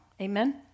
Amen